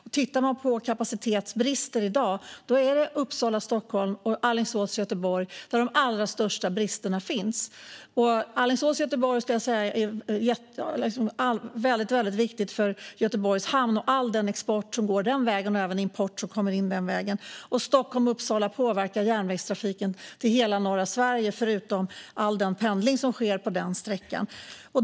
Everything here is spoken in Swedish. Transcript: Och tittar man på kapacitetsbrister i dag är det på sträckorna Uppsala-Stockholm och Alingsås-Göteborg som de allra största bristerna finns. Sträckan Alingsås-Göteborg är väldigt viktig för Göteborgs hamn och all den export som går den vägen, liksom den import som kommer in den vägen. Sträckan Stockholm-Uppsala påverkar järnvägstrafiken till hela norra Sverige, utöver all den pendling som sker på den sträckan.